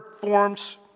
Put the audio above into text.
forms